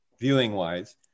viewing-wise